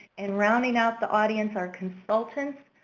and rounding out the audience are consultants,